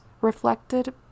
reflected